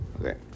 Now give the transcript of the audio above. Okay